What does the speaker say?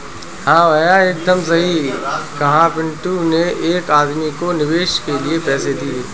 हां भैया एकदम सही कहा पिंटू ने एक आदमी को निवेश के लिए पैसे दिए